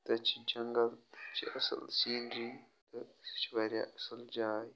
تَتہِ چھِ جنٛگَل تَتہِ چھِ اَصٕل سیٖنری تہٕ سُہ چھِ واریاہ اَصٕل جاے